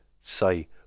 say